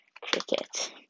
cricket